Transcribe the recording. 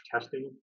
testing